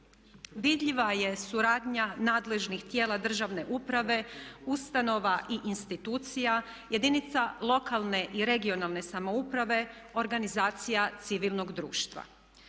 Vidljiva je suradnja nadležnih tijela državne uprave, ustanova i institucija, jedinica lokalne i regionalne samouprave, organizacija civilnog društva.